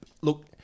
look